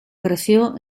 creció